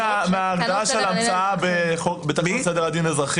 כל זה נובע מההגדרה של המצאה לפי תקנות סדר הדין האזרחי.